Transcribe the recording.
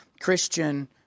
Christian